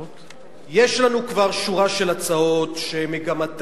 יש לנו כבר שורה של הצעות שמגמתן